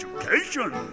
education